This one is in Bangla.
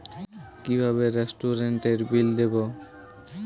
কিভাবে রেস্টুরেন্টের বিল দেবো?